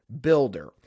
builder